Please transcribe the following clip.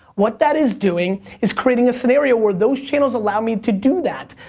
what that is doing is creating a scenario where those channels allow me to do that.